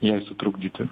jai sutrukdyti